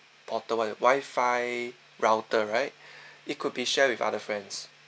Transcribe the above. portable Wi-Fi router right it could be share with other friends